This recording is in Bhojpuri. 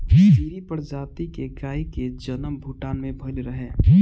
सीरी प्रजाति के गाई के जनम भूटान में भइल रहे